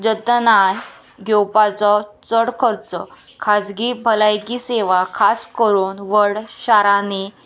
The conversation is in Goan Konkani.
जतनाय घेवपाचो चड खर्च खाजगी भलायकी सेवा खास करून व्हड शारांनी